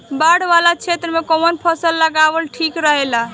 बाढ़ वाला क्षेत्र में कउन फसल लगावल ठिक रहेला?